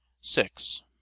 six